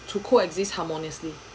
to co exist harmoniously